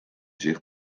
zich